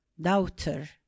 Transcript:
doubter